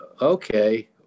okay